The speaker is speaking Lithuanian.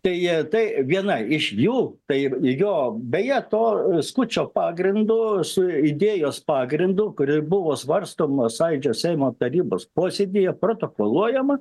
tai tai viena iš jų tai jo beje to skučo pagrindu su idėjos pagrindu kuri buvo svarstoma sąjūdžio seimo tarybos posėdyje protokoluojama